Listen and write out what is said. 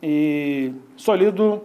į solidų